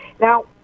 Now